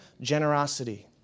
Generosity